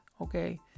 Okay